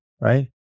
right